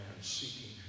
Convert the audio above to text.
seeking